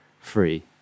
free